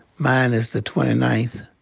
mine is the twenty ninth.